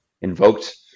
invoked